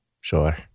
Sure